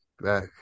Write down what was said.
back